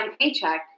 paycheck